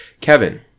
Kevin